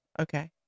Okay